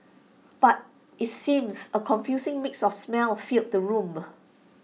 but IT seems A confusing mix of smells filled the room